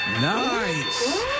Nice